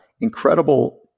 incredible